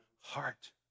heart